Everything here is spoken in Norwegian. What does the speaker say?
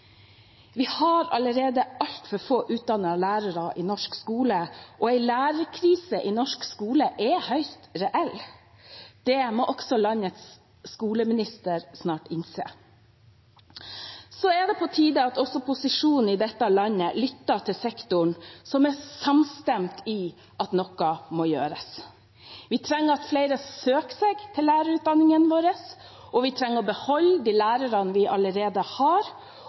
Vi har allerede altfor få utdannede lærere i norsk skole, og en lærerkrise i norsk skole er høyst reell. Det må også landets skoleminister snart innse. Så er det på tide at også posisjonen i dette landet lytter til sektoren, som er samstemt om at noe må gjøres. Vi trenger at flere søker seg til lærerutdanningene. Vi trenger å beholde de lærerne vi allerede har.